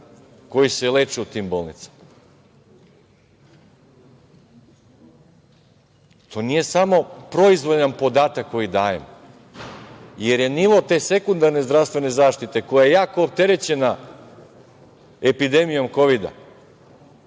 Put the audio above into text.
koji se leče u tim bolnicama? To nije samo proizvoljan podatak koji dajem, jer je nivo te sekundarne zdravstvene zaštite, koja je jako opterećena epidemijom Kovida,